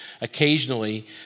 occasionally